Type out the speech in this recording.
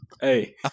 hey